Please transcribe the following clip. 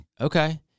Okay